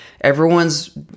Everyone's